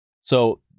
So-